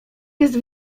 jest